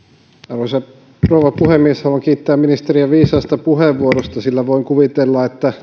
arvoisa rouva puhemies haluan kiittää ministeriä viisaasta puheenvuorosta sillä voin kuvitella että